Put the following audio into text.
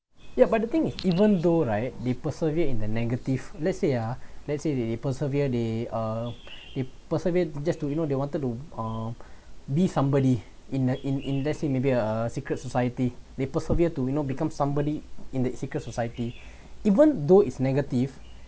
ya but the thing is even though right they persevere in the negative let's say ah let's say they persevere they uh they persevered just to you know they wanted to uh be somebody in uh in in let's say maybe a secret society they persevere to you know become somebody in the secret society even though is negative